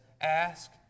Ask